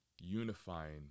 unifying